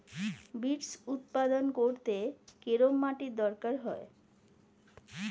Beets উৎপাদন করতে কেরম মাটির দরকার হয়?